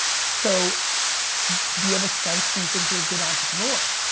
so do you have a sense, do you think you're a good entrepreneur?